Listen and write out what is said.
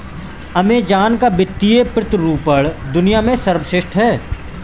Amazon का वित्तीय प्रतिरूपण दुनिया में सर्वश्रेष्ठ है